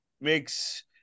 makes